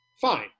fine